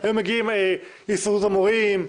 היו מגיעים מהסתדרות המורים,